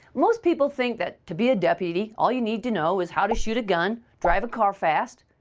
most people think that to be a deputy all you need to know is how to shoot a gun, drive a car fast,